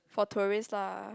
for tourists lah